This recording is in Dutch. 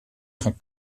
gaan